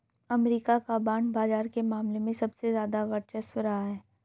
अमरीका का बांड बाजार के मामले में सबसे ज्यादा वर्चस्व रहा है